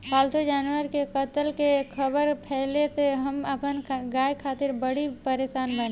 पाल्तु जानवर के कत्ल के ख़बर फैले से हम अपना गाय खातिर बड़ी परेशान बानी